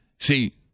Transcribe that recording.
See